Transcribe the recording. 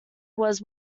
was